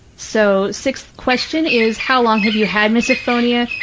so, sixth question is, how long have you had misophonia?